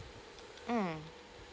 mm